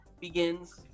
begins